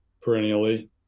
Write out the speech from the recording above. perennially